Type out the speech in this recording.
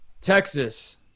texas